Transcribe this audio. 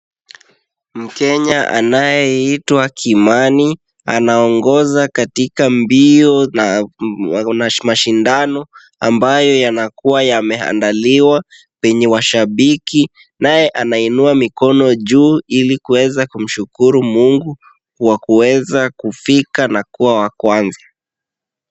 Mkenya anayeitwa Kimani anaongoza katika mbio na mashindano, ambayo yanakuwa yameandaliwa penye washabiki, naye anainua mikono juu ili kuweza kumshukuru Mungu, kwa kuweza kufika na kuwa wa kwanza.